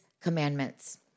commandments